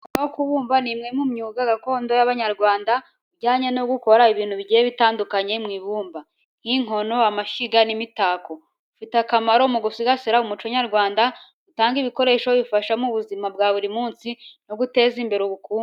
Umwuga wo kubumba ni umwe mu myuga gakondo y’Abanyarwanda ujyanye no gukora ibintu bigiye bitandukanye mu ibumba, nk’inkono, amashyiga, n’imitako. Ufite akamaro mu gusigasira umuco nyarwanda, gutanga ibikoresho bifasha mu buzima bwa buri munsi, no guteza imbere ubukungu.